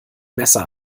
messer